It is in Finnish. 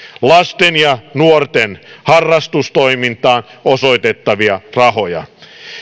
lasten ja nuorten harrastustoimintaan osoitettavia rahoja